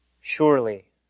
Surely